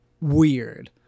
weird